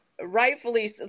rightfully